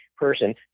Person